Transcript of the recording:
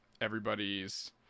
everybody's